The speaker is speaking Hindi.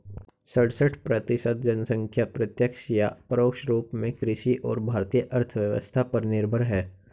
सड़सठ प्रतिसत जनसंख्या प्रत्यक्ष या परोक्ष रूप में कृषि और भारतीय अर्थव्यवस्था पर निर्भर है